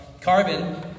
Carbon